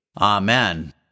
Amen